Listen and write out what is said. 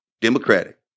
Democratic